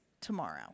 tomorrow